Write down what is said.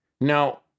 Now